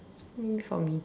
um for me too